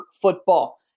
football